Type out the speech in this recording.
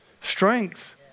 strength